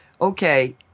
okay